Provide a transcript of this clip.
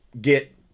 get